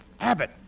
Abbott